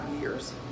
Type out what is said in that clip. years